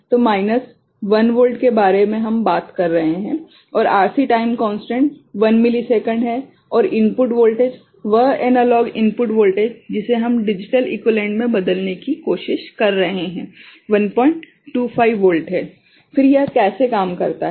तो minus 1 volt के बारे में हम बात कर रहे हैं और RC टाइम कोंस्टेंट 1 मिलीसेकंड है और इनपुट वोल्टेज वह एनालॉग इनपुट वोल्टेज जिसे हम डिजिटल इक्वीवेलेंट में बदलने की कोशिश कर रहे हैं 125 वोल्ट है फिर यह कैसे काम करता है